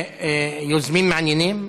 יוזמים מעניינים.